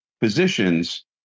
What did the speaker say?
positions